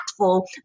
impactful